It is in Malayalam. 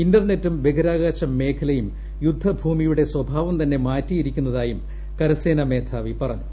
ഇന്റർനെറ്റും ബഹിരാകാശമേഖലയും യുദ്ധഭൂമിയുടെ സ്വഭാവം തന്നെ മാറ്റിയിരിക്കുന്നതായും കരസേനാമേധാവി പറഞ്ഞു